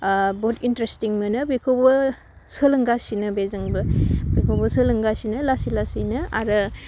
ओह बुहुत इन्टारेसथिं मोनो बेखौबो सोलोंगासिनो बेजोंबो बेखौबो सोलोंगासिनो लासै लासैनो आरो